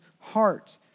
heart